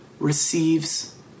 Receives